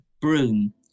Broom